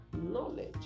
knowledge